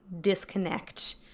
disconnect